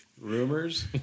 rumors